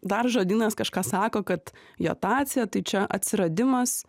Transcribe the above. dar žodynas kažką sako kad jotacija tai čia atsiradimas